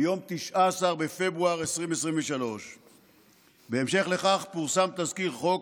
מיום 19 בפברואר 2023. בהמשך לכך פורסם תזכיר חוק,